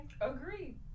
agree